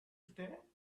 stay